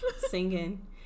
singing